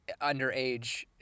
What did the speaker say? underage